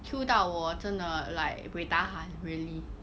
queue 到我真的 like buay tahan really